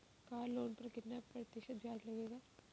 Car loan पर कितना प्रतिशत ब्याज लगेगा?